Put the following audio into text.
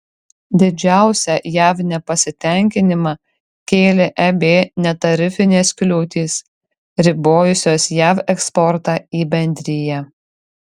didžiausią jav nepasitenkinimą kėlė eb netarifinės kliūtys ribojusios jav eksportą į bendriją